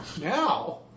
Now